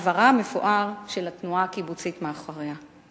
עברה המפואר של התנועה הקיבוצית מאחוריה.